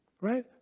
right